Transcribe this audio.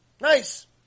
Nice